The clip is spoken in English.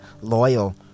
loyal